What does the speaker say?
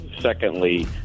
Secondly